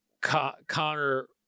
Connor